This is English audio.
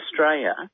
Australia